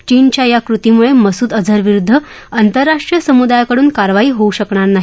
चीनच्या या कृतीमुळे मसूद अजहरविरुद्ध अंतरराष्ट्रीय समुदायाकडून कारवाई होऊ शकणार नाही